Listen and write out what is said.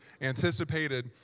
anticipated